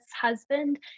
husband